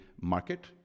market